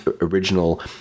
original